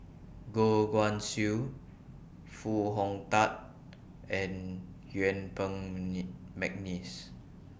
Goh Guan Siew Foo Hong Tatt and Yuen Peng Mcneice